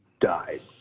died